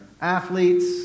athletes